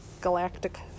galactic